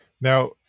Now